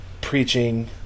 preaching